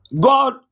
God